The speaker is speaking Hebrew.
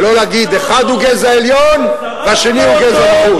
ולא להגיד: אחד הוא גזע עליון והשני הוא גזע נחות,